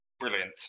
Brilliant